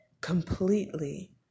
completely